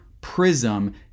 PRISM